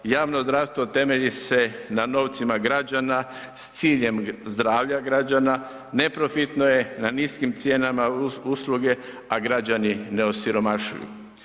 Javno zdravstvo temelji se na novcima građana s ciljem zdravlja građana, neprofitno je, na niskim cijenama usluge, a građani ne osiromašuju.